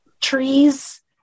trees